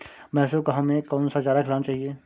भैंसों को हमें कौन सा चारा खिलाना चाहिए?